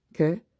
Okay